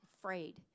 afraid